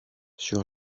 sur